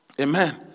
Amen